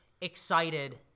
excited